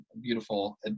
beautiful